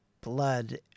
blood